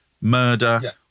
murder